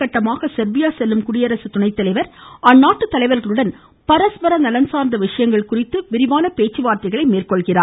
இப்பயணத்தின் முதற்கட்டமாக செர்பியா செல்லும் குடியரசுத் துணைத் தலைவா் அந்நாட்டு தலைவர்களுடன் பரஸ்பர நலன் சார்ந்த விஷயங்கள் குறித்து பேச்சுவார்த்தைகளை மேற்கொள்கிறார்